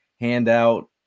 handout